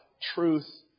truth